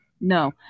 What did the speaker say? No